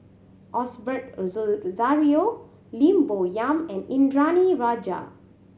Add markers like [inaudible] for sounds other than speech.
Osbert [unintelligible] Rozario Lim Bo Yam and Indranee Rajah